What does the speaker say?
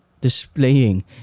displaying